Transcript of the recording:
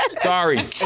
Sorry